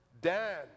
Dan